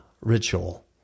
ritual